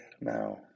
Now